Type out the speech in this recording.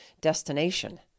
destination